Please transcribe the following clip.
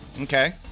Okay